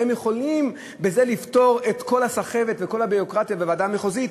והן יכולות בזה לפתור את כל הסחבת וכל הביורוקרטיה בוועדה המחוזית,